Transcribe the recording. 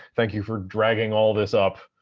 thank you for dragging all this up,